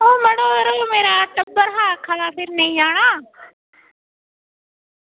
होर यरो मेरा टब्बर हा आक्खा दा फिरने गी जाना